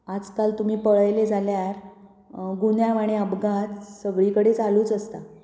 आयज काल तुमी पळयलें जाल्यार गुन्यांव आनी अपघात सगळी कडेन चालू आसता